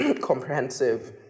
comprehensive